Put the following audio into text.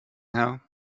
herr